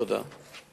תודה.